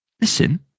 Listen